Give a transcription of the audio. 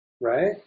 Right